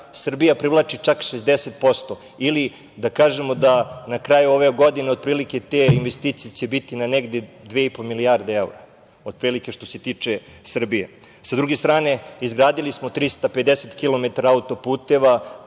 Srbija privlači čak 60% ili da kažemo da na kraju ove godine otprilike te investicije će biti na negde 2,5 milijardi evra, otprilike što se tiče Srbije. Sa druge strane, izgradili smo 350 kilometara